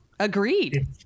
Agreed